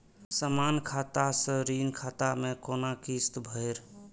समान खाता से ऋण खाता मैं कोना किस्त भैर?